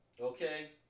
Okay